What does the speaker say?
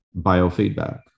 biofeedback